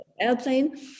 airplane